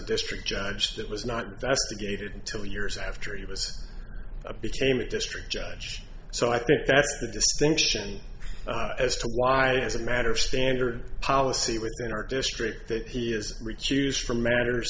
district judge that was not a gated two years after he was a became a district judge so i think that's the distinction as to why as a matter of standard policy within our district that he is recused from matters